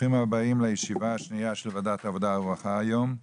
ברוכים הבאים לישיבה השנייה של ועדת העבודה והרווחה היום,